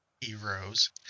Heroes